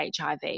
HIV